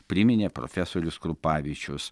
priminė profesorius krupavičius